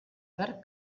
perd